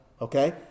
okay